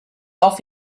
off